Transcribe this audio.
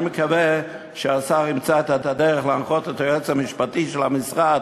אני מקווה שהשר ימצא את הדרך להנחות את היועץ המשפטי של המשרד,